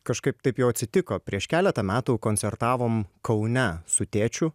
kažkaip taip jau atsitiko prieš keletą metų koncertavom kaune su tėčiu